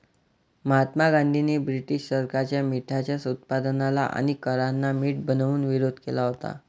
महात्मा गांधींनी ब्रिटीश सरकारच्या मिठाच्या उत्पादनाला आणि करांना मीठ बनवून विरोध केला होता